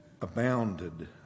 abounded